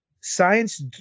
Science